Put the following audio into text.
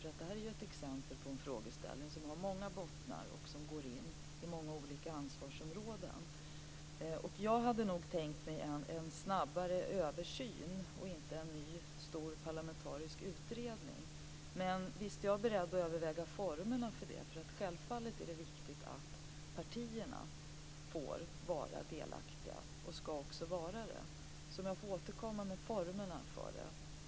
Detta är ett exempel på en fråga som har många bottnar och som går in i många olika ansvarsområden. Jag hade nog tänkt mig en snabbare översyn och inte en ny stor parlamentarisk utredning. Jag är beredd att överväga formerna. Självfallet är det viktigt att partierna får och skall vara delaktiga. Jag får lov att återkomma i fråga om formerna.